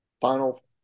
final